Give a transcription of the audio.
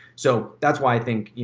so, that's why i think, you